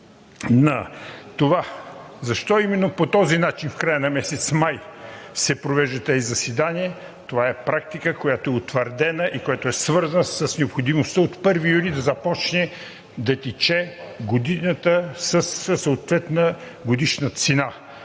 на това защо именно по този начин в края на месец май се провеждат тези заседания – това е практика, която е утвърдена и която е свързана с необходимостта от 1 юли, да започне да тече годината със съответна годишна цена.